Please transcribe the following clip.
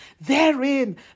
Therein